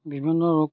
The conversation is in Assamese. বিভিন্ন ৰোগ